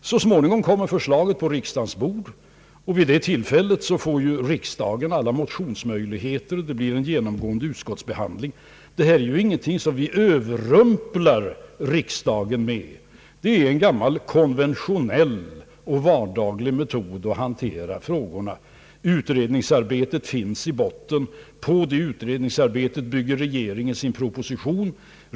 Så småningom kommer propositionen på riksdagens bord, och vid det tillfället får riksdagen alla motionsmöjligheter och det blir en ingående utskottsbehandling. Detta är ju ingenting som vi överrumplar riksdagen med. Det är en gammal konventionell och vardaglig metod att hantera frågorna. Utredningsarbetet finns i botten, och på det bygger regeringen sin proposition.